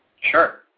Sure